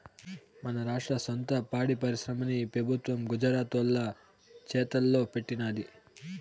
మన రాష్ట్ర సొంత పాడి పరిశ్రమని ఈ పెబుత్వం గుజరాతోల్ల చేతల్లో పెట్టినాది